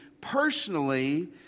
personally